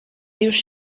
już